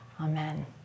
amen